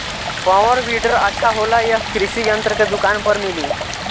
Power weeder अच्छा होला यह कृषि यंत्र के दुकान पर मिली?